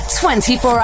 24